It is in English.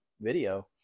video